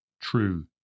true